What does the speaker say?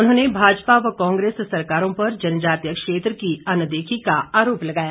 उन्होंने भाजपा व कांग्रेस सरकारों पर जनजातीय क्षेत्र की अनदेखी का आरोप लगाया